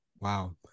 Wow